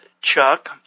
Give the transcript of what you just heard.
Chuck